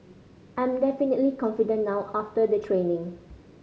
I'm definitely confident now after the training